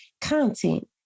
content